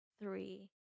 three